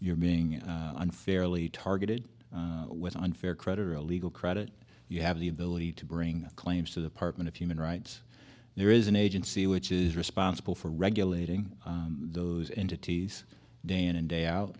you're being unfairly targeted with an unfair creditor a legal credit you have the ability to bring claims to the partment of human rights there is an agency which is responsible for regulating those entities day in and day out